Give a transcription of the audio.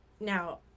now